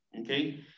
okay